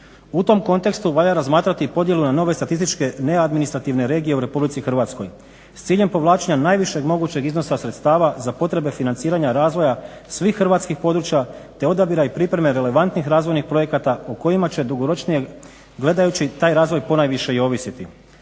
U tom kontekstu valja razmatrati i podjelu na nove statističke neadministrativne regije u RH s ciljem povlačenja najvišeg mogućeg iznosa sredstava za potrebe financiranja razvoja svih hrvatskih područja te odabira i pripreme relevantnih razvojnih projekata o kojima će dugoročnije gledajući taj razvoj ponajviše i ovisiti.